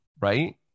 right